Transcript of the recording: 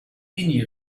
many